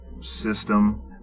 system